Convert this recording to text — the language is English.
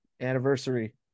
anniversary